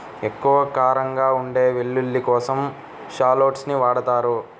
ఎక్కువ కారంగా ఉండే వెల్లుల్లి కోసం షాలోట్స్ ని వాడతారు